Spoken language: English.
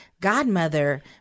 Godmother